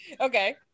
okay